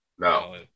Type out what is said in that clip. No